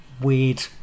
weird